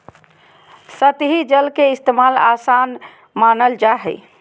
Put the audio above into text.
सतही जल के इस्तेमाल, आसान मानल जा हय